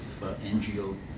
NGO